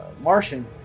Martian